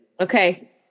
Okay